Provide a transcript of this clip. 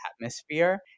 atmosphere